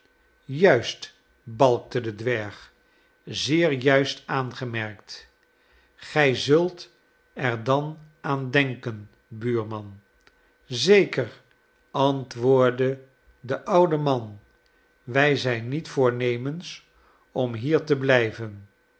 juist balkte de dwerg zeer juist aangemerkt gij zult er dan aan denken buurman zeker antwoordde de oude man wij zijn niet voornemens om hier te blijven